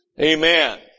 Amen